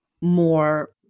more